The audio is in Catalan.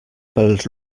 pels